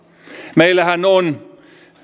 meillähän on